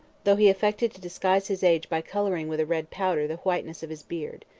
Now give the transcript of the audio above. though he affected to disguise his age by coloring with a red powder the whiteness of his beard.